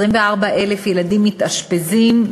24,000 ילדים מתאשפזים,